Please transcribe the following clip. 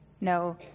No